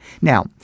Now